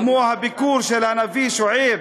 כמו הביקור של הנביא שועייב,